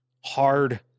hard